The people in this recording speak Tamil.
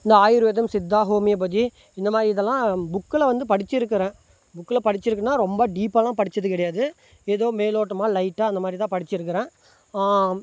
இந்த ஆயுர்வேதம் சித்தா ஹோமியோபதி இந்த மாதிரி இதெல்லாம் புக்கில் வந்து படிச்சியிருக்குறேன் புக்கில் படிச்சியிருக்கன்னா ரொம்ப டீப்பாகலாம் படிச்சது கிடையாது ஏதோ மேலோட்டமாக லைட்டாக அந்த மாதிரி தான் படிச்சியிருக்குறேன்